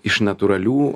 iš natūralių